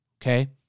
okay